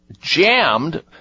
jammed